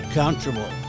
comfortable